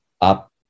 up